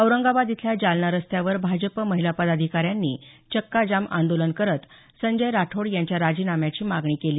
औरंगाबाद इथल्या जालना रस्त्यावर भाजप महिला पदाधिकाऱ्यांनी चक्काजाम आंदोलन करत संजय राठोड यांच्या राजीनाम्याची मागणी केली